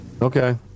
okay